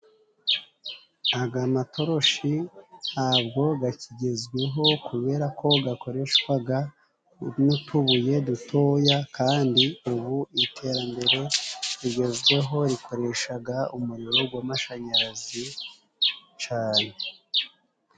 Aga matoroshi ntabwo gakigezweho kubera ko gakoreshwaga n'utubuye dutoya，kandi ubu iterambere rigezweho rikoreshaga umuriro w'amashanyarazi cane.